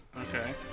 Okay